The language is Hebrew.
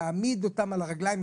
להעמיד אותם על הרגליים,